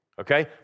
okay